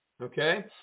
Okay